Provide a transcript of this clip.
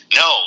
no